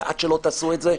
ועד שלא תעשו את זה,